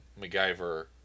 MacGyver